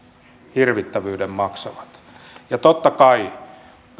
hirvittävyyden maksavat totta kai